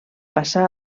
passar